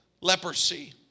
leprosy